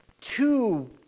two